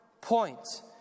point